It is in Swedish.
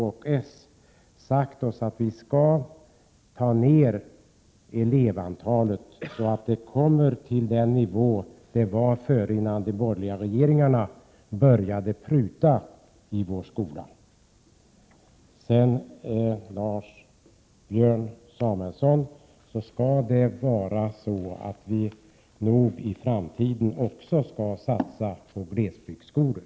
Vi har där sagt att vi skall minska elevantalet till den nivå det låg på innan de borgerliga regeringarna började pruta på skolan. Björn Samuelson! Vi skall nog även i framtiden satsa på glesbygdsskolor.